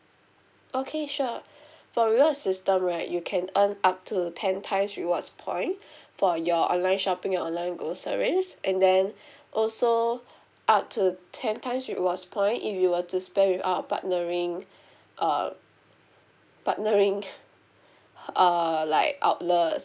okay sure for reward system right you can earn up to ten times rewards point for your online shopping and online groceries and then also up to ten times rewards point if you were to spend with our partnering um partnering err like outlets